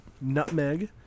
nutmeg